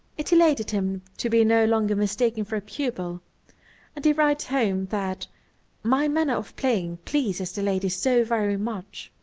it elated him to be no longer mistaken for a pupil and he writes home that my manner of playing pleases the ladies so very much.